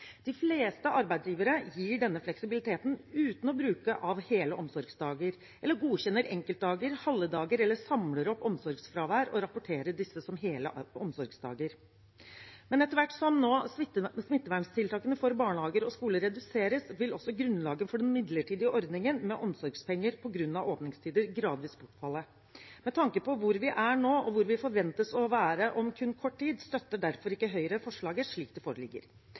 De fleste arbeidsgivere gir denne fleksibiliteten uten å bruke av hele omsorgsdager eller godkjenner enkeltdager, halve dager eller samler opp omsorgsfravær og rapporterer disse som hele omsorgsdager. Etter hvert som smitteverntiltakene for barnehager og skoler nå reduseres, vil også grunnlaget for den midlertidige ordningen med omsorgspenger på grunn av åpningstider gradvis bortfalle. Med tanke på hvor vi er nå, og hvor vi forventes å være om kun kort tid, støtter derfor ikke Høyre forslaget slik det foreligger.